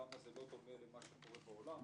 למה זה לא דומה למה שקורה בעולם.